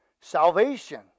salvation